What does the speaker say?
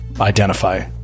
identify